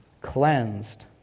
cleansed